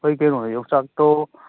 ꯐꯩ ꯀꯩꯅꯣꯅꯦ ꯌꯣꯡꯆꯥꯛꯇꯣ